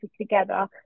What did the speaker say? together